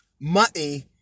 money